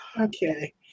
Okay